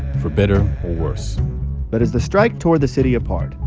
for better or worse but as the strike tore the city apart,